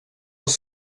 els